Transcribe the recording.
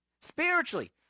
spiritually